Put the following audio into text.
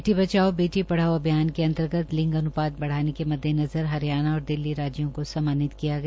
बेटी बचाओ बेटी पढ़ाओ अभियान के अंतर्गत लिंग अन्पात बढ़ाने के मद्देनज़र हरियाणा और दिल्ली राज्यों को स्म्मानित किया गया